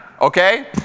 okay